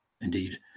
indeed